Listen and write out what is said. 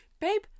babe